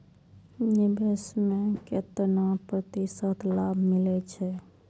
निवेश में केतना प्रतिशत लाभ मिले छै?